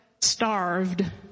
starved